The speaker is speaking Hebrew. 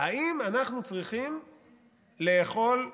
האם אנחנו צריכים לאכול חמץ,